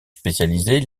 spécialisés